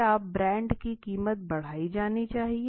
क्या ब्रांड की कीमत बढ़ाई जानी चाहिए